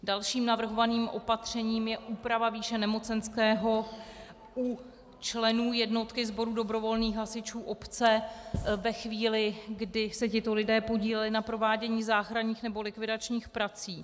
Dalším navrhovaným opatřením je úprava výše nemocenského u členů jednotky sboru dobrovolných hasičů obce ve chvíli, kdy se tito lidé podíleli na provádění záchranných nebo likvidačních prací.